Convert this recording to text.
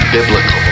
Biblical